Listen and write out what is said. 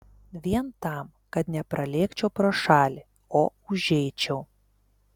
vien tam kad nepralėkčiau pro šalį o užeičiau